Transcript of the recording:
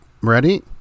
ready